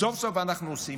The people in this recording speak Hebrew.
סוף-סוף אנחנו עושים.